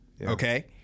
okay